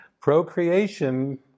Procreation